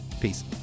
Peace